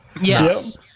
Yes